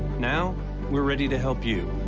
now we're ready to help you.